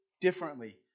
differently